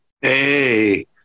Hey